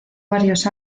varios